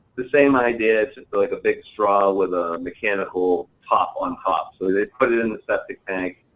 the same idea, it's just like a big straw with a mechanical top on top, so they put it in the septic tank,